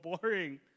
boring